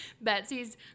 Betsy's